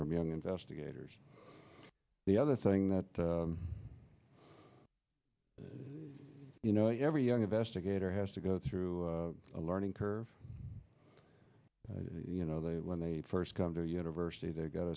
from young investigators the other thing that you know every young investigator has to go through a learning curve you know they when they first come to university they've got